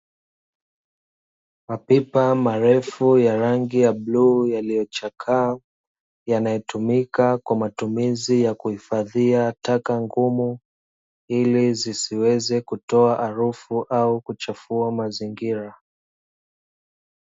Mapipa marefu ya rangi ya bluu yaliyochakaa, yanayotumika kwa matumizi ya kuhifadhia taka ngumu ili zisiweze kutoa harufu au kuchafua mazingira.